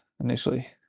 initially